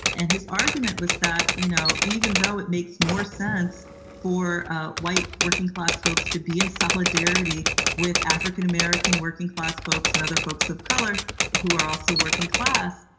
and his argument was that you know even though it makes more sense for white working-class folks to be in solidarity with african-american working-class folks and other folks of color who are also working class,